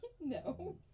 No